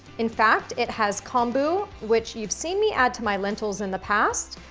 in fact, it has kombu, which you've seen me add to my lentils in the past,